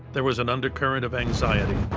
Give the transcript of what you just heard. there was an undercurrent of anxiety.